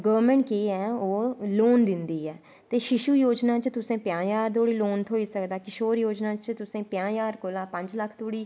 government केह् ऐ ओह् लोन दिंदी ऐ ते शिशु योजना च तुसैं पंजा हज़ार धोड़ी लोन थ्होई सकदा किशोर योजना च तुसें पंज़ा हज़ार कोला पंज लक्ख धोड़ी